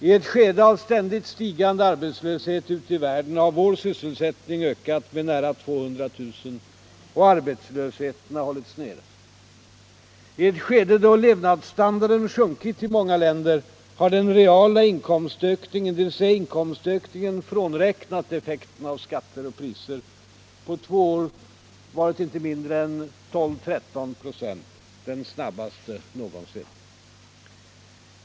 I ett skede av ständigt stigande arbetslöshet Allmänpolitisk debatt debatt ute i världen har vår sysselsättning ökat med nära 200 000. Arbetslösheten har hållits nere. I ett skede då levnadsstandarden sjunkit i många länder har den reala inkomstökningen — dvs. inkomstökningen frånräknad effekten av skatter och priser — på två år varit icke mindre än 12-13 96. Det är den snabbaste någonsin.